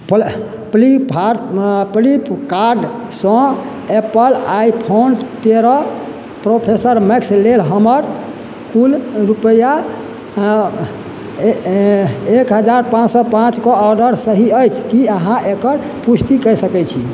play farm platform प्लिप्कार्डसँ Apple iPhone तेरह प्रोफेसर मैथ लेल हमर कुल रुपैआ हँ एक हजार पाँच सए पाँच कऽ ऑर्डर सही अछि की अहाँ एकर पुष्टि कए सकैत छी